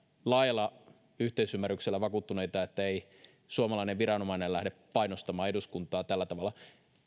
laajalla yhteisymmärryksellä vakuuttuneita että ei suomalainen viranomainen lähde painostamaan eduskuntaa tällä tavalla